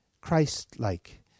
Christ-like